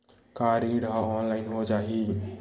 का ऋण ह ऑनलाइन हो जाही?